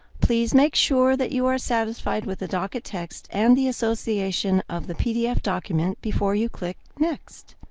please make sure that you are satisfied with the docket text and the association of the pdf document before you click next.